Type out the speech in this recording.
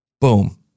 Boom